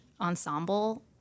ensemble